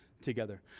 together